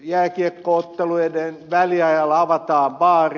jääkiekko otteluiden väliajalla avataan baarit